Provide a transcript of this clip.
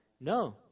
No